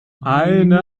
eine